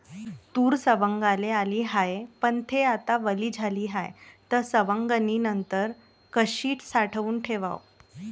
तूर सवंगाले आली हाये, पन थे आता वली झाली हाये, त सवंगनीनंतर कशी साठवून ठेवाव?